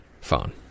phone